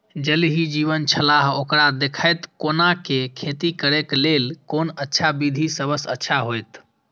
ज़ल ही जीवन छलाह ओकरा देखैत कोना के खेती करे के लेल कोन अच्छा विधि सबसँ अच्छा होयत?